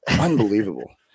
Unbelievable